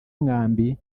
umwambi